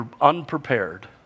unprepared